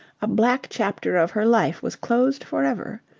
a black chapter of her life was closed for ever.